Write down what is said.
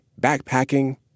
backpacking